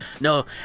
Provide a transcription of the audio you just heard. no